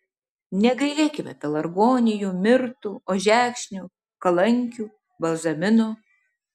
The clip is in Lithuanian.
negailėkime pelargonijų mirtų ožekšnių kalankių balzaminų